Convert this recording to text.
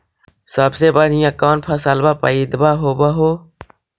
सबसे बढ़िया कौन फसलबा पइदबा होब हो?